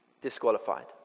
Disqualified